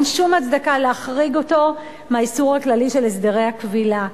אין שום הצדקה להחריג אותו מהאיסור הכללי של הסדרי הכבילה.